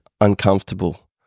uncomfortable